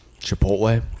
Chipotle